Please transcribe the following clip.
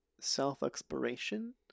self-exploration